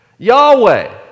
Yahweh